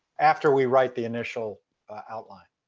after we write the initial outline.